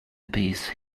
piece